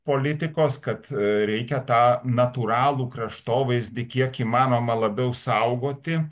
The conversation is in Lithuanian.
politikos kad reikia tą natūralų kraštovaizdį kiek įmanoma labiau saugoti